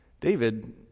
David